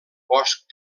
bosc